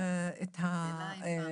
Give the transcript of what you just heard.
שאלה יפה.